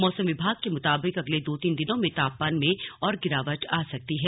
मौसम विभाग के मुताबिक अगले दो तीन दिन में तापमान में और गिरावट आ सकती है